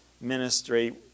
ministry